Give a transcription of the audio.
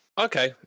Okay